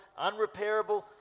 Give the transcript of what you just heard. unrepairable